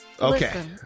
Okay